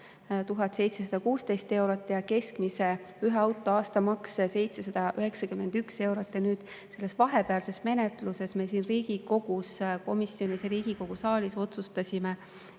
716 eurot ja keskmise ühe auto aastamaks 791 eurot. Nüüd vahepealses menetluses me Riigikogu komisjonis ja Riigikogu saalis otsustasime,